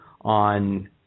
on